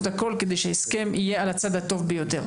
הכול כדי שההסכם יהיה על הצד הטוב ביותר.